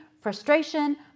frustration